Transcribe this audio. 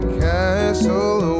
castle